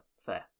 fair